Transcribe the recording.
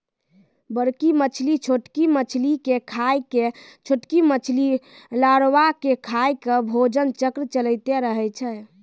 बड़की मछली छोटकी मछली के खाय के, छोटकी मछली लारवा के खाय के भोजन चक्र चलैतें रहै छै